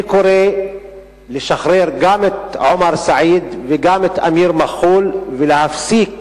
אני קורא לשחרר גם את עומר סעיד וגם את אמיר מח'ול ולהפסיק